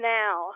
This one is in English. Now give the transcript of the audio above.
now